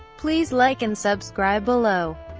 please like and subscribe below.